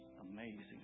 amazing